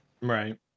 Right